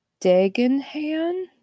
Dagenham